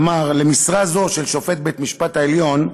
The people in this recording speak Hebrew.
אמר: "למשרה זו", של שופט בית-משפט העליון,